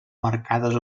marcades